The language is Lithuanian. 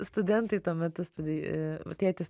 studentai tuo studi tėtis